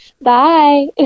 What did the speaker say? Bye